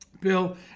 Bill